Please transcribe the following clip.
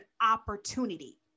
opportunity